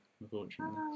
unfortunately